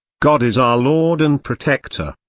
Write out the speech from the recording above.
god is our lord and protector.